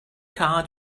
card